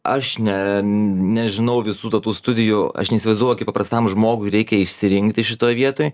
aš ne nežinau visų tatū studijų aš neįsivaizduoju kaip paprastam žmogui reikia išsirinkti šitoj vietoj